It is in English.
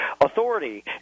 authority